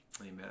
amen